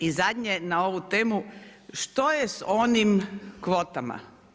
I zadnje na ovu temu što je s onim kvotama?